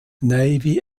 navy